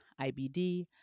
IBD